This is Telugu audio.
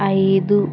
ఐదు